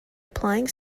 applying